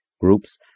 groups